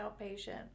outpatient